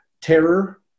terror